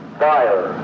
fire